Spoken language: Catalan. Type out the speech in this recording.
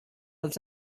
els